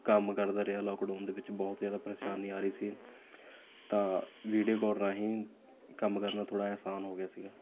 ਕੰਮ ਕਰਦਾ ਰਿਹਾ ਲੋਕਡਾਊਨ ਦੇ ਵਿੱਚ ਬਹੁਤ ਜਿਆਦਾ ਪਰੇਸ਼ਾਨੀ ਆ ਰਹੀ ਸੀ ਤਾਂ ਵੀਡੀਉ ਕਾਲ ਰਾਹੀਂ ਕੰਮ ਕਰਨਾ ਥੋੜ੍ਹਾ ਜਿਹਾ ਆਸਾਨ ਹੋ ਗਿਆ ਸੀ